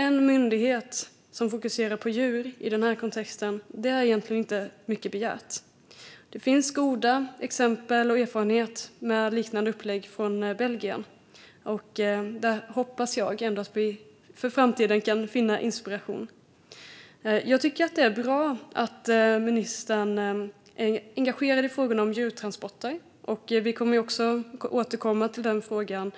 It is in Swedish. En myndighet som fokuserar på djur är i denna kontext egentligen inte mycket begärt. Det finns goda exempel på och erfarenheter av ett liknande upplägg i Belgien. Där hoppas jag att vi kan finna inspiration inför framtiden. Jag tycker att det är bra att ministern är engagerad i frågan om djurtransporter. Vi kommer att återkomma till den frågan,